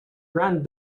grand